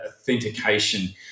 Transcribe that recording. authentication